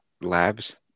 Labs